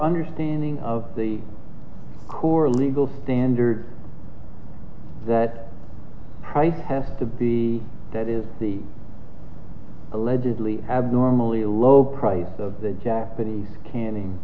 understanding of the core legal standard that price has to be that is the allegedly abnormally low price of the japanese canning